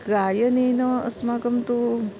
गायनेन अस्माकं तु